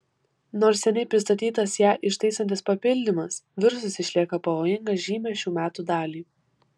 nors seniai pristatytas ją ištaisantis papildymas virusas išlieka pavojingas žymią šių metų dalį